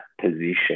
position